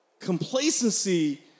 Complacency